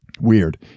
Weird